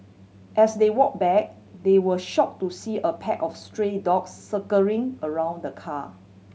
as they walk back they were shock to see a pack of stray dogs circling around the car